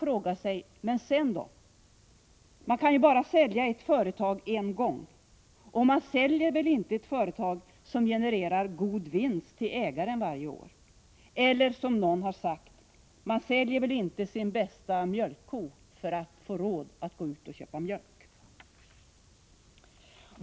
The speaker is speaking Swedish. Då vill jag fråga: Vad händer sedan? Ett företag kan säljas av staten bara en gång, och ett företag som genererar god vinst till ägaren säljs väl inte varje år. Eller som någon har sagt: Man säljer väl inte sin bästa mjölkko för att få råd att köpa mjölk.